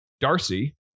darcy